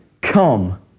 Come